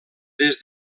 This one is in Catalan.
des